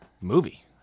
movie